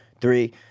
three